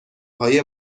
های